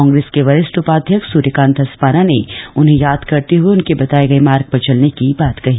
कांग्रेस के वरिष्ठ उपाध्यक्ष सूर्यकांत धस्माना ने उन्हें याद करते हुए उनके बताए गये मार्ग पर चलने की बात कही